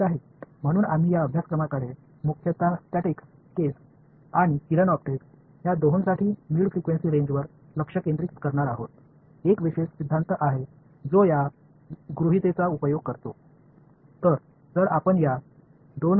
எனவே இந்த பாடத்தில் பெரும்பாலும் ஸ்டாடிக்ஸ் மற்றும் ரே ஆப்டிக்ஸ் ஆகிய இரண்டிற்கும் இடைப்பட்ட அதிர்வெண் வரம்பில் கவனம் செலுத்துவோம் இந்த அனுமானத்தைப் பயன்படுத்தும் ஒரு சிறப்பு கோட்பாடு உள்ளது